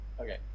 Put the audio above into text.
okay